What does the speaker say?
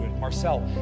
Marcel